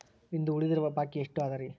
ಇಂದು ಉಳಿದಿರುವ ಬಾಕಿ ಎಷ್ಟು ಅದರಿ?